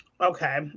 Okay